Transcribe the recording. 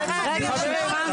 להתכנס לסיום.